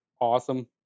awesome